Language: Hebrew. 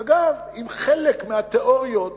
אגב, אם חלק מהתיאוריות